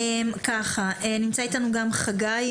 נמצא איתנו גם חגי